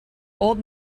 old